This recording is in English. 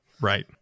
right